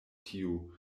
tiu